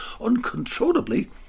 uncontrollably